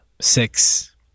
six